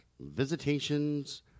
Visitations